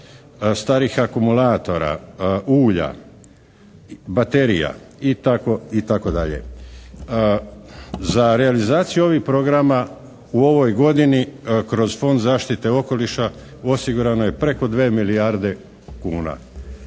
starih akumulatora, ulja, baterija, itd. Za realizaciju ovih programa u ovoj godini kroz Fond zaštite okoliša osigurano je preko 2 milijarde kuna.